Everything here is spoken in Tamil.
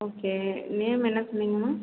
ஓகே நேம் என்ன சொன்னிங்கம்மா